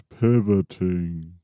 pivoting